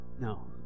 No